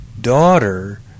daughter